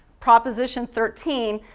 proposition thirteen,